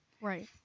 Right